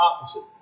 opposite